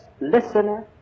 listener